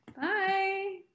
bye